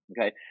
okay